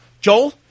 Joel